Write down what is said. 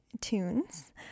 tunes